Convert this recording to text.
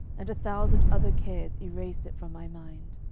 and a thousand other cares erased it from my mind.